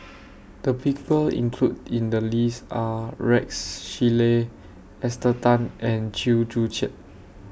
The People included in The list Are Rex Shelley Esther Tan and Chew Joo Chiat